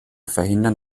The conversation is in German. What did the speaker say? verhindern